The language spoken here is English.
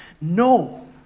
No